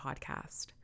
podcast